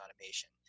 automation